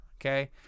okay